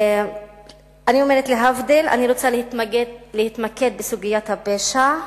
אני אומרת להבדיל, אני רוצה להתמקד בסוגיית הפשע,